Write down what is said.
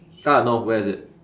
ah no where is it